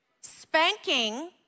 Spanking